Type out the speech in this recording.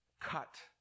cut